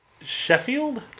Sheffield